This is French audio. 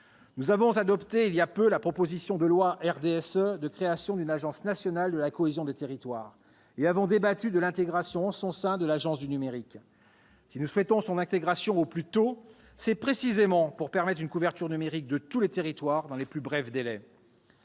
Nous avons adopté il y a peu la proposition de loi, déposée par le groupe du RDSE, portant création d'une Agence nationale de la cohésion des territoires et avons débattu de l'intégration, au sein de cette dernière, de l'Agence du numérique. Si nous souhaitons cette intégration au plus tôt, c'est précisément pour permettre une couverture numérique de tous les territoires dans les plus brefs délais.